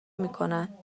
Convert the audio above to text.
میکنند